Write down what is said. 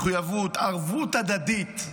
מחויבות, ערבות הדדית,